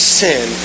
sin